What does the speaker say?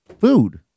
food